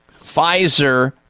Pfizer